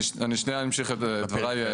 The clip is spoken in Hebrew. אני שנייה אמשיך את דבריי.